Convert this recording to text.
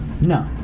No